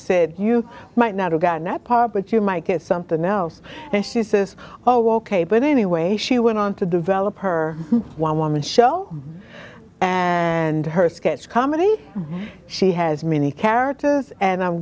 said you might not have gotten that part but you might get something else and she says oh ok but anyway she went on to develop her one woman show and her sketch comedy she has many characters and i'm